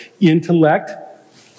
intellect